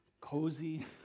cozy